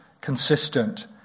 consistent